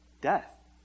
death